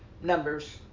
numbers